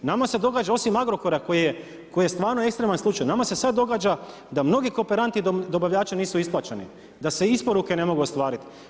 Nama se događa osim Agrokora koji je stvarno ekstreman slučaj, nama se sad događa da mnogi kooperanti dobavljači nisu isplaćeni, da se isporuke ne mogu ostvariti.